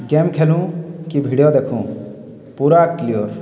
game ଖେଲୁଁ କି video ଦେଖୁଁ ପୁରା କ୍ଲିଅର୍